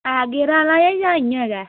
है गेयरां आह्ला जां इ'यां गै